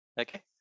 okay